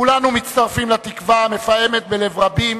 כולנו מצטרפים לתקווה המפעמת בלב רבים